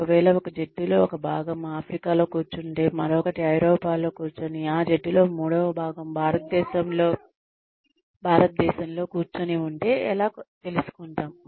ఒకవేళ ఒక జట్టులో ఒక భాగం ఆఫ్రికాలో కూర్చుంటే మరొకటి ఐరోపాలో కూర్చుని ఆ జట్టులో మూడవ భాగం భారతదేశంలో కూర్చుని ఉంటే ఎలా తెలుసుకుంటాం